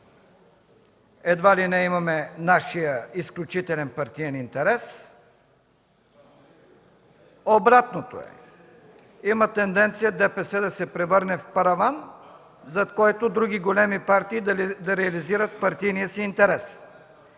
едва ли не имаме нашия изключителен партиен интерес. Обратното е – има тенденция ДПС да се превърне в параван, зад който други големи партии да реализират партийния си интерес.